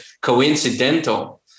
coincidental